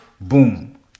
boom